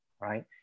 right